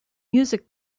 music